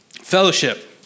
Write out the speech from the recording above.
Fellowship